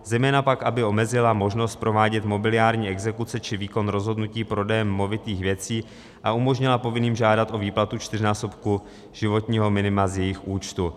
Zejména pak aby omezila možnost provádět mobiliární exekuce či výkon rozhodnutí prodejem movitých věcí a umožnila povinným žádat o výplatu čtyřnásobku životního minima z jejich účtu.